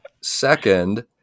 Second